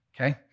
Okay